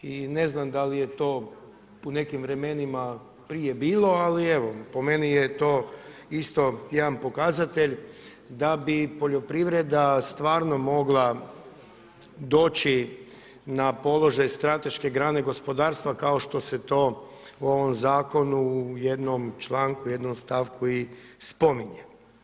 I ne znam da li je to u nekim vremenima prije bilo, ali evo, po meni je to isto jedan pokazatelj da bi poljoprivreda stvarno mogla doći na položaj strateške grane gospodarstva kao što se to u ovom zakonu u jednom članku, u jednom stavku i spominje.